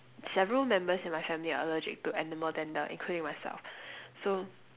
several members in my family are allergic to animal dander including myself so